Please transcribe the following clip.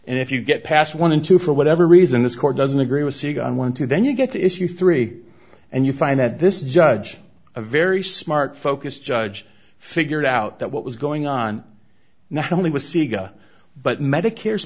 and if you get past one and two for whatever reason this court doesn't agree with seguin twelve then you get to issue three and you find that this judge a very smart focused judge figured out that what was going on not only was sega but medicare's